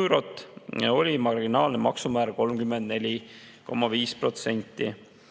eurot, oli marginaalne maksumäär 34,5%.